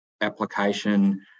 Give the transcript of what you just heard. application